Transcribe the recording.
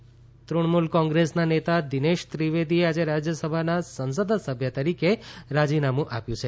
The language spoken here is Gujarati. દિનેશ ત્રિવેદી તુણમૂલ કોંગ્રેસના નેતા દિનેશ ત્રિવેદીએ આજે રાજ્યસભાના સંસદસભ્ય તરીકે રાજીનામું આપ્યું છે